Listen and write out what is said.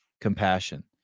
compassion